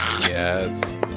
Yes